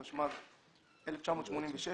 התשמ"ז-1986,